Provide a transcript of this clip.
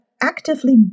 actively